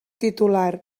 titular